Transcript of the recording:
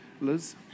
Liz